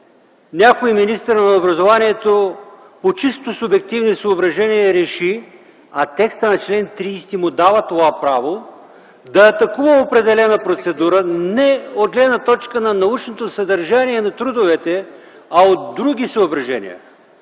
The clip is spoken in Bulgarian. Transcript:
някой министър на образованието по чисто субективни съображения реши, а текста на чл. 30 му дава това право, да атакува определена процедура не от гледна точка на научното съдържание на трудовете, а от други съображения.